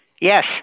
Yes